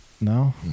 No